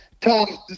Tom